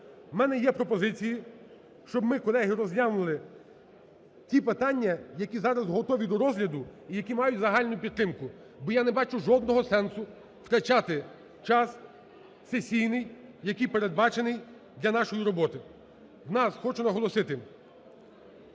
У мене є пропозиція, щоб ми, колеги, розглянули ті питання, які зараз готові до розгляду і які мають загальну підтримку, бо я не бачу жодного сенсу втрачати час сесійний, який передбачений для нашої роботи. У нас, хочу наголосити,